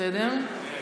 בסדר.